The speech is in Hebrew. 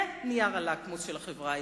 זה נייר הלקמוס של החברה הישראלית,